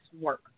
work